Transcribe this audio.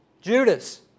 Judas